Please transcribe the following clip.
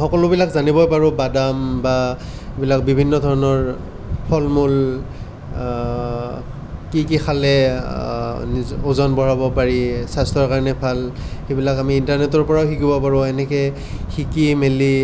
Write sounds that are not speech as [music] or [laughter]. সকলোবিলাক জানিবই পাৰোঁ বাদাম বা এইবিলাক বিভিন্ন ধৰণৰ ফল মূল কি কি খালে [unintelligible] ওজন বঢ়াব পাৰি স্বাস্থ্যৰ কাৰণে ভাল সেইবিলাক আমি ইন্টাৰনেটৰ পৰাও শিকিব পাৰোঁ এনেকৈ শিকি মেলি